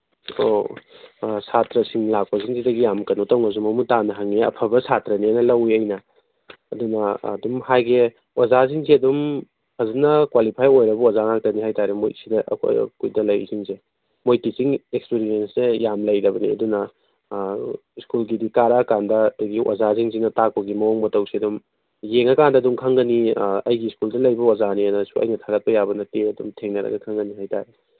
ꯑꯣ ꯁꯥꯇ꯭ꯔꯁꯤꯡ ꯂꯥꯛꯄꯁꯤꯡꯁꯤꯗꯒꯤ ꯌꯥꯝ ꯀꯩꯅꯣ ꯇꯧꯅꯁꯨ ꯃꯃꯨꯠ ꯇꯥꯅ ꯍꯪꯉꯤ ꯑꯐꯕ ꯁꯥꯇ꯭ꯔꯅꯦꯅ ꯂꯧꯋꯦ ꯑꯩꯅ ꯑꯗꯨꯅ ꯑꯗꯨꯝ ꯍꯥꯏꯒꯦ ꯑꯣꯖꯥꯁꯤꯡꯁꯦ ꯑꯗꯨꯝ ꯐꯖꯅ ꯀ꯭ꯋꯥꯂꯤꯐꯥꯏ ꯑꯣꯏꯔꯕ ꯑꯣꯖꯥ ꯉꯥꯛꯇꯅꯤ ꯍꯥꯏ ꯇꯥꯔꯦ ꯑꯩꯈꯣꯏꯗ ꯂꯩꯔꯤꯁꯤꯡꯁꯦ ꯃꯣꯏ ꯇꯤꯆꯤꯡ ꯑꯦꯛꯁꯄꯤꯔꯤꯌꯦꯟꯁꯇ ꯌꯥꯝ ꯂꯩꯔꯕꯅꯤ ꯑꯗꯨꯅ ꯁ꯭ꯀꯨꯜꯁꯤꯗꯤ ꯀꯥꯔꯛꯑꯀꯥꯟꯗ ꯑꯗꯒꯤ ꯑꯣꯖꯥꯁꯤꯡꯁꯤꯅ ꯇꯥꯛꯄꯒꯤ ꯃꯑꯣꯡ ꯃꯇꯧꯁꯦ ꯑꯗꯨꯝ ꯌꯦꯡꯉꯀꯥꯟꯗ ꯑꯗꯨꯝ ꯈꯪꯒꯅꯤ ꯑꯩꯒꯤ ꯁ꯭ꯀꯨꯜꯗ ꯂꯩꯕ ꯑꯣꯖꯥꯅꯦꯅꯁꯨ ꯑꯩꯅ ꯊꯥꯒꯠꯄ ꯌꯥꯕ ꯅꯠꯇꯦ ꯑꯗꯨꯝ ꯊꯦꯡꯅꯔꯒ ꯈꯪꯒꯅꯤ ꯍꯥꯏ ꯇꯥꯔꯦ